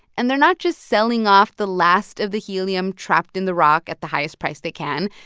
and they're not just selling off the last of the helium trapped in the rock at the highest price they can.